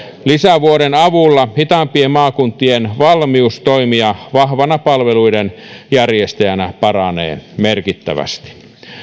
lisävuoden avulla hitaampien maakuntien valmius toimia vahvana palveluiden järjestäjänä paranee merkittävästi